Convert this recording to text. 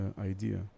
idea